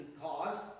cause